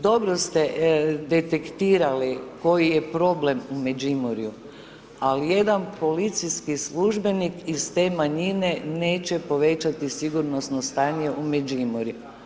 Dobro ste detektirali koji je problem u Međimurju, ali jedan policijski službenik iz te manjine, neće povećati sigurnosno stanje u Međimurju.